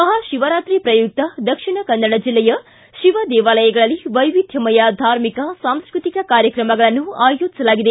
ಮಹಾ ಶಿವರಾತ್ರಿ ಶ್ರಯುಕ್ತ ದಕ್ಷಿಣ ಕನ್ನಡ ಜಿಲ್ಲೆಯ ಶಿವ ದೇವಾಲಯಗಳಲ್ಲಿ ವೈವಿಧ್ಯಮಯ ಧಾರ್ಮಿಕ ಸಾಂಸೃತಿಕ ಕಾರ್ಯಕ್ರಮಗಳನ್ನು ಆಯೋಜಿಸಲಾಗಿದೆ